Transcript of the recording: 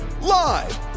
Live